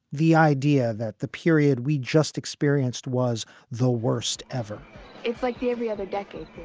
the idea that the period we just experienced was the worst ever it's like the every other decade.